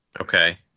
Okay